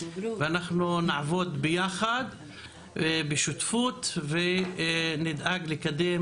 ואנחנו נעבוד בשותפות ונדאג לקדם